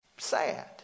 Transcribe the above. Sad